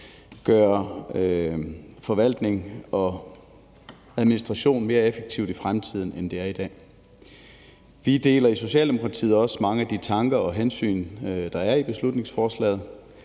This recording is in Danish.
gøre forvaltning og administration mere effektivt i fremtiden, end det er i dag. Vi deler i Socialdemokratiet også mange af de tanker og hensyn, der er i beslutningsforslaget.